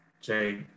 Jay